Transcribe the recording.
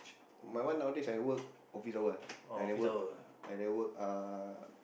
my one nowadays I work office hours I never work I never work uh